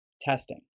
testing